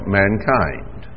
mankind